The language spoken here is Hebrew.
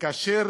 כאשר